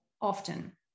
often